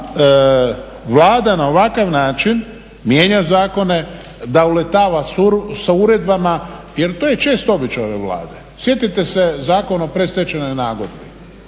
Vlada na ovakav način mijenja zakone, da uletava sa uredbama jer to je čest običaj ove Vlade. Sjetite se Zakona o predstečajnoj nagodbi,